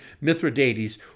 Mithridates